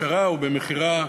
או במכירה.